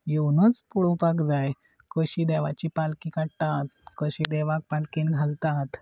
येवनच पळोवपाक जाय कशी देवाची पालकी काडटात कशी देवाक पालकीन घालतात